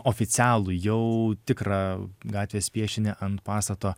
oficialų jau tikrą gatvės piešinį ant pastato